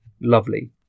Lovely